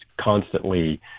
constantly